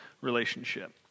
relationship